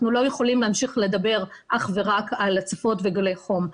אנחנו לא יכולים להמשיך לדבר אך ורק על הצפות וגלי חום.